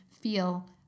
feel